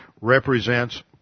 represents